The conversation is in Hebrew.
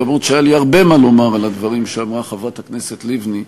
למרות שהיה לי הרבה מה לומר על הדברים שאמרה חברת הכנסת לבני,